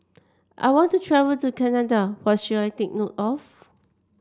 I want to travel to Canada what should I take note of